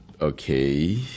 Okay